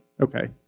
Okay